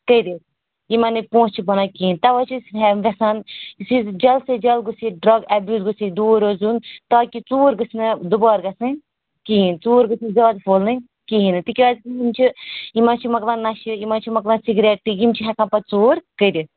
کٔرِتھ یِمَن نہٕ پۅنٛسہٕ چھِ بَنان کِہیٖنٛۍ تَوے چھِ أسۍ یَژھان أسۍ حظ جل سے جل گوٚژھ یہِ ڈرٛگ ایٚیوٗزَس نِش دوٗر روزُن تاکہِ ژوٗر گٔژھ نہٕ دُبار گَژھٕنۍ کِہیٖنٛۍ ژوٗر گٔژھ نہٕ زیاد پھٔہلٕنۍ کِہیٖنٛۍ نہٕ تِکیٛاز یم چھِ یمن چھ مۅکلان نَشہٕ یمن چھِ مۅکلان سِگریٹ تہٕ یِم چھِ ہٮ۪کان پَتہٕ ژوٗر کٔرِتھ